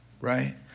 right